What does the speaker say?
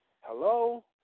Hello